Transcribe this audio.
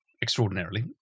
Extraordinarily